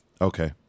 Okay